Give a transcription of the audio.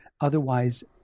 Otherwise